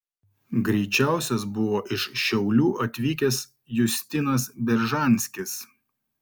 greičiausias buvo iš šiaulių atvykęs justinas beržanskis